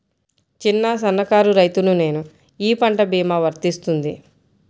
చిన్న సన్న కారు రైతును నేను ఈ పంట భీమా వర్తిస్తుంది?